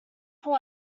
who